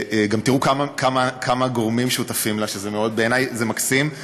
גם תראו כמה גורמים שותפים לה, ובעיני זה מקסים.